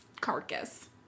carcass